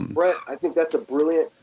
and yeah i think that's a brilliant,